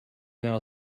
now